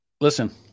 Listen